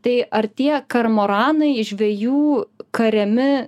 tai ar tie kormoranai žvejų kariami